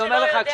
אני אומר לך,